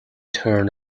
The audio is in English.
turn